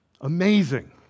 Amazing